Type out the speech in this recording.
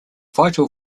vital